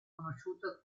conosciuta